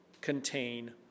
contain